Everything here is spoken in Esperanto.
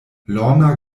lorna